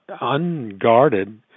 unguarded